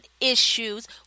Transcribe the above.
issues